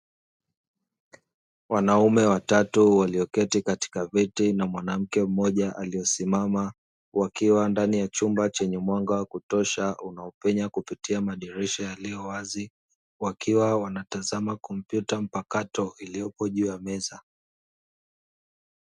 Wanaume watatu walioketi katika viti na mwanamke mmoja aliye simama, wakiwa ndani ya chumba chenye mwanga wa kutosha unaopenya kupitia madirisha yaliyo wazi, wakiwa wanatazama kompyuta mpakato iliyopo juu ya meza.